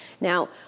Now